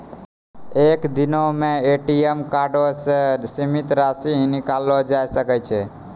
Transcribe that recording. एक दिनो मे ए.टी.एम कार्डो से सीमित राशि ही निकाललो जाय सकै छै